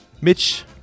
Mitch